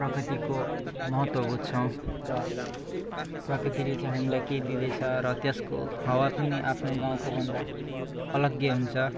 प्रकृतिको महत्त्व बुझ्छौँ र प्रकृतिले चाहिँ हामीलाई के दिँदैछ र त्यसको हावा पनि आफ्नो गाउँको भन्दा अलगै हुन्छ